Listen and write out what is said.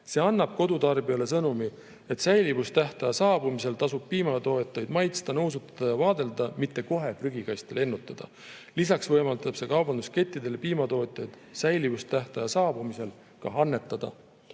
See annab kodutarbijale sõnumi, et säilivustähtaja saabumisel tasub piimatooteid maitsta, nuusutada ja vaadelda, mitte kohe prügikasti lennutada. Lisaks võimaldab see kaubanduskettidel ja piimatootjail säilivustähtaja saabumise korral neid